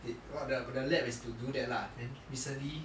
they what the lab is to do that lah then recently